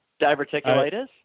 diverticulitis